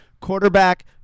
quarterback